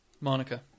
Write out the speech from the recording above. Monica